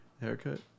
haircut